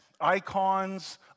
icons